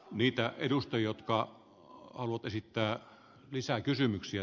niitä edusta joka on ollut esittää lisäkysymyksiä